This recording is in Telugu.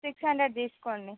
సిక్స్ హండ్రెడ్ తీసుకోండి